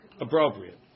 appropriate